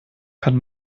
kann